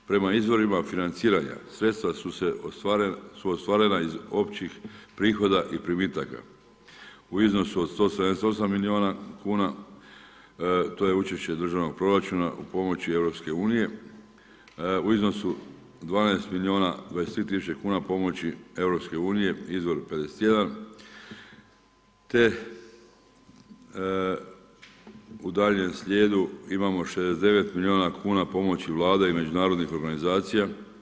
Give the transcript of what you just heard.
Prema izborima financiranja sredstva su ostvarena iz općih prihoda i primitaka u iznosu 178 milijuna kuna, to je učešće državnog proračuna i pomoći EU, u iznosu 12 milijuna 23 tisuće kuna pomoći EU, izvor 51 te u daljem slijedu imamo 69 milijuna kuna pomoći Vlade i međunarodnih organizacija.